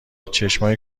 چشمای